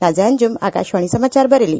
नाजिया अंजुम आकाशवाणी समाचार बरेली